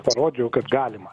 parodžiau kad galima